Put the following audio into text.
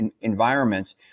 environments